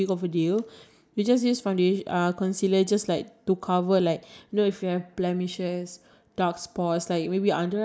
and ya I think if you going to use foundation concealer is definitely like the best friend you need concealer if you have if you gonna use foundation